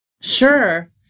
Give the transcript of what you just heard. Sure